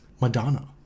Madonna